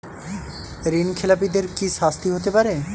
ঋণ খেলাপিদের কি শাস্তি হতে পারে?